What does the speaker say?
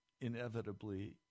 inevitably